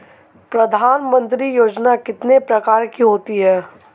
प्रधानमंत्री योजना कितने प्रकार की होती है?